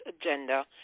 agenda